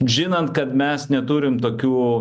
žinant kad mes neturim tokių